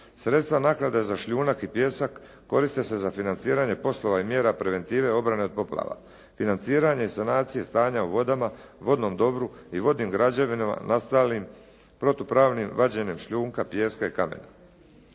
Sredstva naknade za šljunaka i pijesak koriste se za financiranje poslova i mjera preventive obrane od poplava, financiranje i sanacije stanja u vodama vodnom dobru i vodnim građevinama nastalim protupravnim vađenjem šljunka, pijeska i kamena.